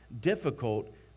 difficult